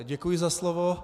Děkuji za slovo.